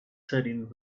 setting